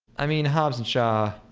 i mean house and shot